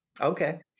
Okay